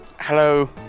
hello